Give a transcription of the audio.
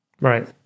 Right